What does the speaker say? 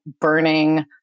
burning